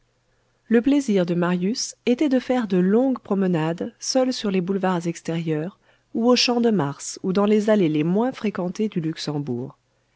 le plaisir de marius était de faire de longues promenades seul sur les boulevards extérieurs ou au champ de mars ou dans les allées les moins fréquentées du luxembourg